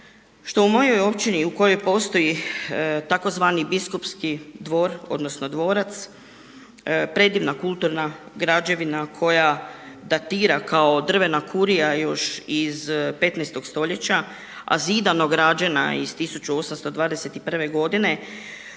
što u mojoj općini u kojoj postoji tzv. Biskupski dvor, odnosno dvorac, predivna kulturna građevina koja datira kao drvena kurija još iz 15.-og stoljeća a zidano građena iz 1821. godine